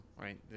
right